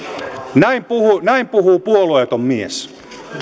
näin puhuu näin puhuu puolueeton mies